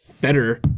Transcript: better